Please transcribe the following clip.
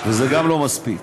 וזה גם לא מספיק.